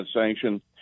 sanction